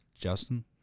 Justin